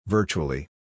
Virtually